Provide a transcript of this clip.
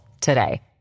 today